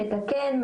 מתקן,